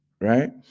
right